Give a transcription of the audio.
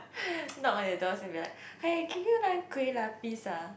knock on your doors and be like hi can you lend kueh-lapis ah